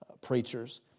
preachers